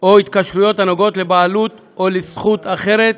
או על התקשרויות הנוגעות לבעלות או לזכות אחרת